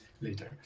later